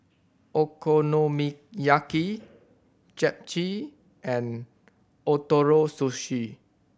Okonomiyaki Japchae and Ootoro Sushi